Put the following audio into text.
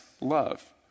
love